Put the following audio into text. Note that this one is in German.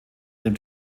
dem